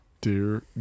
Dear